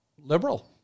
liberal